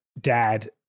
dad